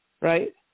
right